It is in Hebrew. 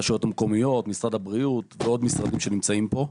הרשויות המקומיות ועוד משרדים שנמצאים פה.